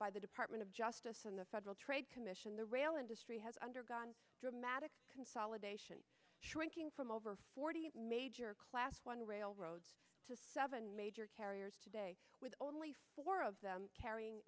by the department of justice and the federal trade commission the rail industry has undergone dramatic consolidation shrinking from over forty major class one railroads to seven major carriers today with only four of them carrying